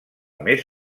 més